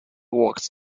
walked